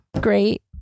great